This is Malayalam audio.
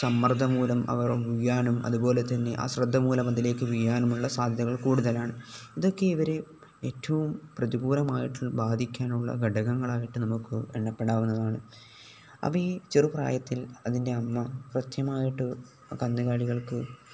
സമ്മർദ്ദം മൂലം അവർ വീഴാനും അതു പോലെ തന്നെ അശ്രദ്ധ മൂലം അതിലേക്കു വീഴാനുമുള്ള സാധ്യതകൾ കൂടുതലാണ് ഇതൊക്കെ ഇവരെ ഏറ്റവും പ്രതികൂലമായിട്ട് ബാധിക്കാനുള്ള ഘടകങ്ങളായിട്ട് നമുക്ക് എണ്ണപ്പെടാവുന്നതാണ് അപ്പം ഈ ചെറു പ്രായത്തിൽ അതിൻ്റെ അമ്മ പ്രത്യേകമായിട്ട് കന്നുകാലികൾക്ക്